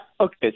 Okay